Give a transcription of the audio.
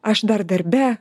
aš dar darbe